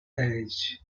edge